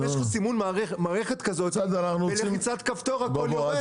אם יש לך סימון מערכת כזאת בלחיצת כפתור הכול יורד.